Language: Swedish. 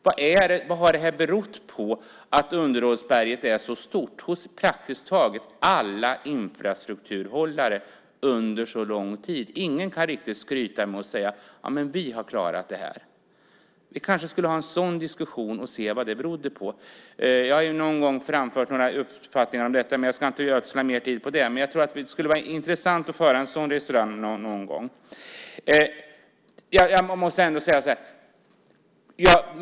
Vad har det berott på att underhållsberget varit så stort hos praktiskt taget alla infrastrukturhållare under så lång tid? Ingen kan riktigt skryta och säga: Vi har klarat det här. Vi kanske skulle ha en sådan diskussion och se vad det beror på. Jag har någon gång framfört några uppfattningar om detta, men jag ska inte ödsla mer tid på det. Jag tror ändå att det skulle vara intressant att föra ett sådant resonemang någon gång. Jag måste ändå säga en sak.